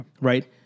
Right